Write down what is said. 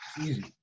easy